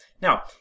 Now